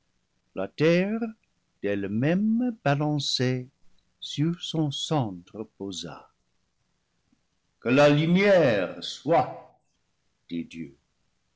la terre d'elle-même balancée sur son centre posa que la lumière soit dit dieu